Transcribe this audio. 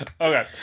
okay